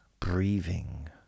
Breathing